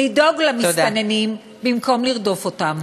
לדאוג למסתננים במקום לרדוף אותם.